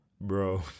Bro